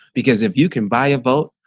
because if you can buy a boat,